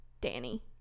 Danny